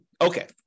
Okay